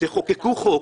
תחוקקו חוק